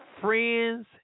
friends